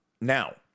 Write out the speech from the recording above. Now